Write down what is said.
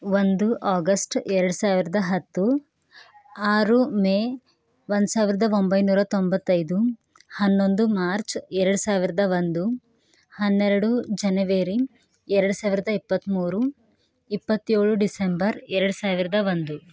ಒಂದು ಆಗಸ್ಟ್ ಎರಡು ಸಾವಿರದ ಹತ್ತು ಆರು ಮೇ ಒಂದು ಸಾವಿರದ ಒಂಬೈನೂರ ತೊಂಬತ್ತೈದು ಹನ್ನೊಂದು ಮಾರ್ಚ್ ಎರಡು ಸಾವಿರದ ಒಂದು ಹನ್ನೆರಡು ಜನೆವೆರಿ ಎರಡು ಸಾವಿರದ ಇಪ್ಪತ್ತ್ಮೂರು ಇಪ್ಪತ್ತೇಳು ಡಿಸೆಂಬರ್ ಎರಡು ಸಾವಿರದ ಒಂದು